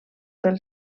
pel